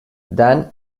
dan